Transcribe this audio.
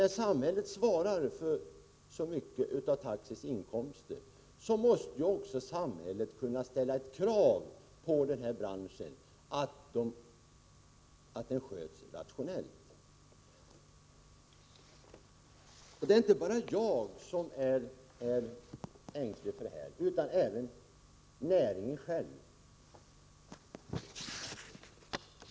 När samhället svarar för så mycket av taxis inkomster måste samhället också kunna ställa krav på att branschen sköts rationellt. Det är inte bara jag som är ängslig, utan det är man även inom taxinäringen.